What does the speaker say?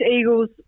Eagles